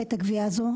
את הגבייה הזו.